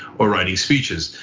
or writing speeches.